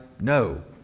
No